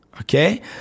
okay